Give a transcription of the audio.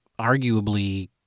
arguably